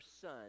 son